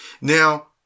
Now